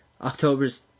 October's